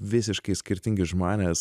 visiškai skirtingi žmonės